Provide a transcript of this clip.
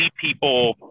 people